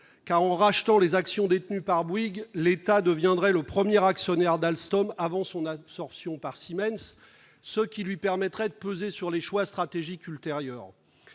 car, en rachetant les actions détenues par Bouygues, l'État deviendrait le premier actionnaire d'Alstom avant son absorption par Siemens, ce qui lui permettrait de peser sur les choix stratégiques ultérieurs.